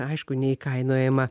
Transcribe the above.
aišku neįkainojama